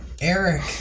Eric